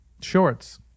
shorts